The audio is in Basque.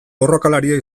borrokalaria